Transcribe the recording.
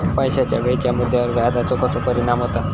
पैशाच्या वेळेच्या मुद्द्यावर व्याजाचो कसो परिणाम होता